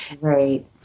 Right